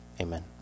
Amen